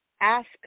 ask